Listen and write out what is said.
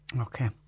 Okay